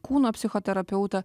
kūno psichoterapeutą